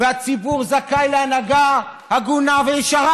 והציבור זכאי להנהגה הגונה וישרה,